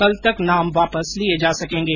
कल तक नाम वापस लिये जा सकेंगे